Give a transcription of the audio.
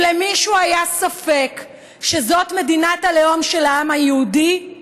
אם למישהו היה ספק שזאת מדינת הלאום של העם היהודי,